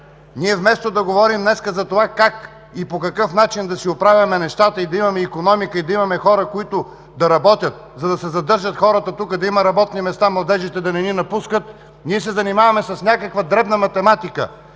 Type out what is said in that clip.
Днес, вместо да говорим за това как и по какъв начин да си оправим нещата и да имаме икономика, и да имаме хора, които да работят, за да се задържат хората тук, да има работни места, младежите да не ни напускат, ние се занимаваме с някаква дребна математика.